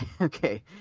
Okay